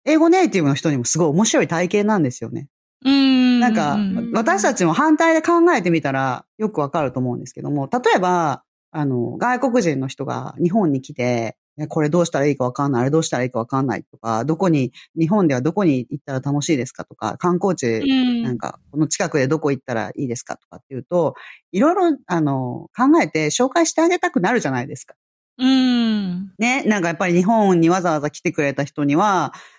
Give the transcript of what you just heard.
英語ネイティブの人にもすごい面白い体験なんですよね。うーん、なんか、うん、うん。私たちも反対で考えてみたらよくわかると思うんですけども、例えば、あの、外国人の人が日本に来て、いや、これどうしたらいいかわかんない、あれどうしたらいいかわかんないとか、どこに、日本ではどこに行ったら楽しいですかとか、観光地、うん。なんか、この近くでどこ行ったらいいですかとかっていうと、いろいろ、あの、考えて紹介してあげたくなるじゃないですか。うん。ね、なんかやっぱり日本にわざわざ来てくれた人には、